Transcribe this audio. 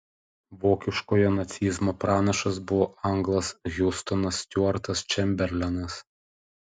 vokiškojo nacizmo pranašas buvo anglas hiustonas stiuartas čemberlenas